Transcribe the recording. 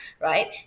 right